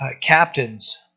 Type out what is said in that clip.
captains